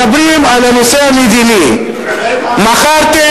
מדברים על הנושא המדיני, באמת כך.